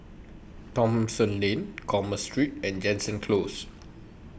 Thomson Lane Commerce Street and Jansen Close